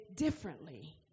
differently